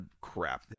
crap